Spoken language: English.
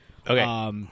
Okay